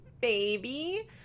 baby